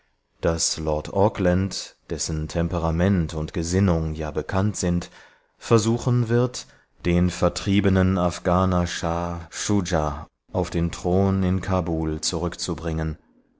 daß lord auckland dessen temperament und gesinnung ja bekannt sind versuchen wird den vertriebenen afghaner shah shuja auf den thron in kabul zurückzubringen